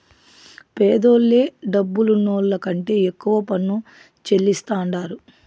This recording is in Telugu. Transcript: పేదోల్లే డబ్బులున్నోళ్ల కంటే ఎక్కువ పన్ను చెల్లిస్తాండారు